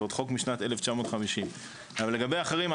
זה חוק משנת 1950. לגבי אחרים,